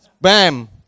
Bam